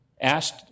asked